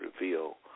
reveal